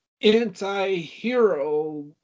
anti-hero